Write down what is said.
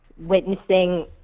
witnessing